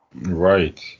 Right